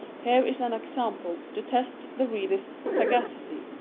here is an example to test the reader s sagacity